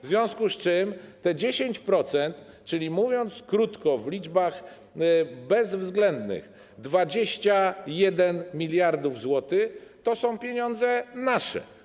W związku z tym te 10%, czyli, mówiąc krótko, w liczbach bezwzględnych 21 mld zł, to są pieniądze nasze.